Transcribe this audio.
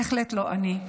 בהחלט לא אני.